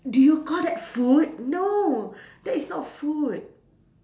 do you call that food no that is not food